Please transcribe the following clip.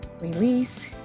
release